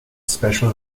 special